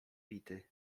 bity